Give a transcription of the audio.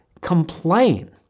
complain